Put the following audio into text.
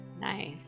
Nice